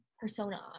persona